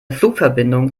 flugverbindung